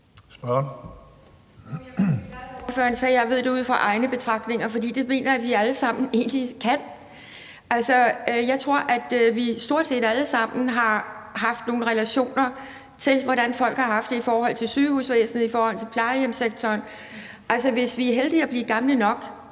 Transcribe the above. han ved det ud fra egne erfaringer, for det mener jeg at vi egentlig alle sammen gør. Altså, jeg tror, at vi stort set alle sammen har haft nogle relationer, så vi ved, hvordan folk har haft det i forhold til sygehusvæsenet, i forhold til plejehjemssektoren. Altså, hvis vi er heldige at blive gamle nok,